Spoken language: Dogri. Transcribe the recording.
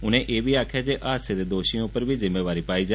उनें आक्खेआ जे हादसे दे दोषियें उप्पर बी जिम्मेवारी पाई जा